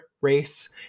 Race